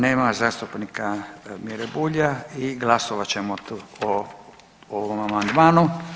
Nema zastupnika Mire Bulja i glasovat ćemo o ovom amandmanu.